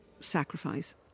sacrifice